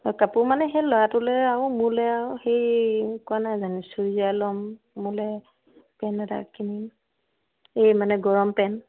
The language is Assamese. হয় কাপোৰ মানে সেই ল'ৰাটোলে আৰু মোলে আৰু সেই কোৱা নাই জানো চুইজাৰ ল'ম মোলে পেন্ট এটা কিনিম এই মানে গৰম পেন্ট